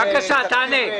בבקשה, תענה.